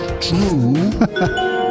true